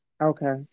Okay